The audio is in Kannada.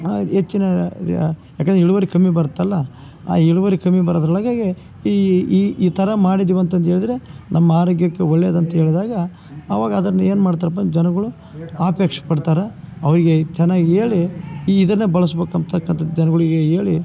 ಹೆಚ್ಚಿನ ಯಾಕಂದ್ರೆ ಇಳುವರಿ ಕಮ್ಮಿ ಬರ್ತಲ್ಲ ಆ ಇಳುವರಿ ಕಮ್ಮಿ ಬರೋದ್ರೊಳಗಾಗಿ ಈ ಈ ತರ ಮಾಡಿದ್ವಂತಂದು ಹೇಳಿದ್ರೆ ನಮ್ಮ ಆರೋಗ್ಯಕ್ಕೆ ಒಳ್ಳೇದಂತ ಹೇಳಿದಾಗ ಅವಾಗ ಅದನ್ನು ಏನುಮಾಡ್ತಾರಪ್ಪಾ ಅಂದ್ರೆ ಜನಗಳು ಅಪೇಕ್ಷೆ ಪಡ್ತಾರೆ ಅವರಿಗೆ ಚೆನ್ನಾಗ್ ಹೇಳಿ ಈ ಇದನ್ನು ಬಳಸ್ಬೇಕಂಬ್ತಕ್ಕಂಥದ್ ಜನಗಳಿಗೆ ಹೇಳಿ